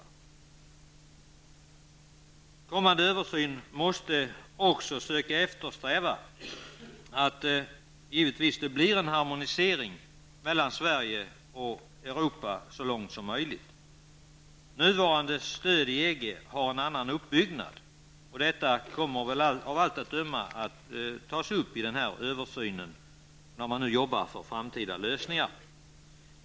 I den kommande översynen måste man också söka eftersträva en harmonisering mellan Sverige och Europa så långt som möjligt. Nuvarande stöd i EG har en annan uppbyggnad än hos oss. Den frågan kommer av allt att döma att tas upp i översynen när man arbetar för framtida lösningar.